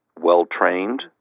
well-trained